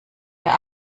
der